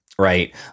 Right